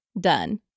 done